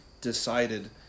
decided